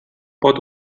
pot